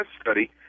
study